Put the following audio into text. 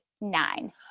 nine